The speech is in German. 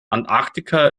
antarktika